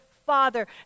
father